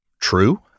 true